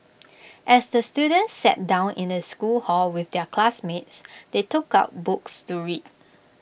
as the students sat down in the school hall with their classmates they took out books to read